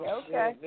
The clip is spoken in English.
okay